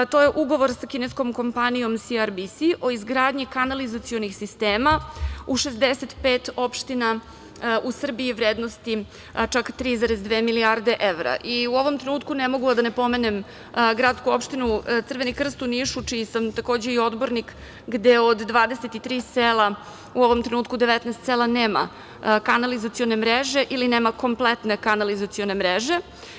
To je ugovor sa kineskom kompanijom SRBS o izgradnji kanalizacionih sistema u 65 opština u Srbiji u vrednosti od 3,2 milijarde evra i u ovom trenutku ne mogu da ne pomenem gradsku opštinu Crveni krst u Nišu, čiji sam takođe odbornik, gde od 23 sela u ovom trenutku 19 sela nema kanalizacione mreže ili nema kompletne kanalizacione mreže.